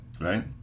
Right